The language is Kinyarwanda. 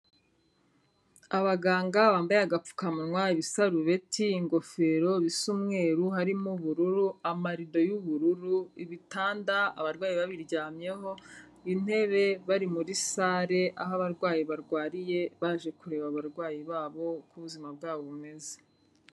Abaganga bambaye agapfukamunwa, ibisarubeti, ingofero bisa umweru harimo ubururu, amarido y'ubururu, ibitanda abarwayi babiryamyeho, intebe bari muri sale, aho abarwayi barwariye baje kureba abarwayi babo uko ubuzima bwabo bumeze.